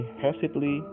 hastily